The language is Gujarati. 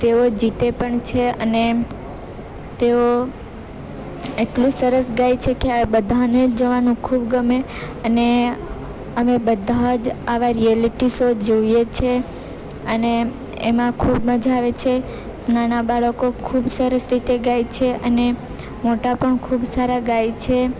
તેઓ જીતે પણ છે અને તેઓ એટલું સરસ ગાય છે કે આ બધાને જ જોવાનું ખૂબ ગમે અને અમે બધા જ આવા રીયાલિટી સો જોઈએ છે અને એમાં ખૂબ મજા આવે છે નાના બાળકો ખૂબ સરસ રીતે ગાય છે અને મોટા પણ ખૂબ સારા ગાય છે